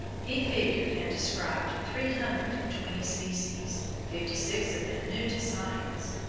he figured and described three hundred and twenty species, fifty-six of them new to science.